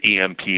EMP